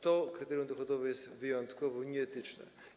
To kryterium dochodowe jest wyjątkowo nieetyczne.